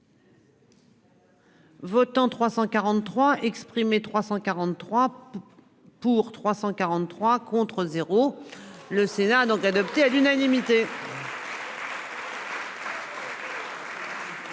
Votants 343. 343. Pour, 343 contre 0, le Sénat a donc adopté à l'unanimité.